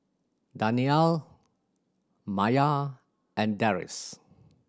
Danial Maya and Deris